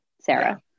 Sarah